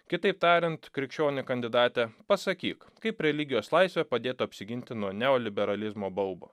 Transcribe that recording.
kitaip tariant krikščione kandidate pasakyk kaip religijos laisvė padėtų apsiginti nuo neoliberalizmo baubo